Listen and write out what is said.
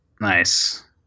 Nice